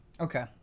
Okay